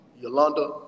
Yolanda